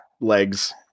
legs